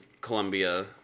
Columbia